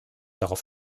darauf